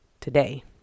today